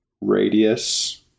radius